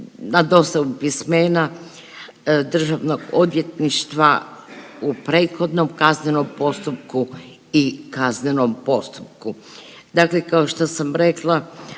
na dostavu pismena Državnog odvjetništva u prethodnom kaznenom postupku i kaznenom postupku. Dakle, kao što sam rekla